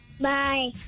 Bye